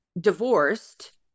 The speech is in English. divorced